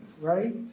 right